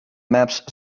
maps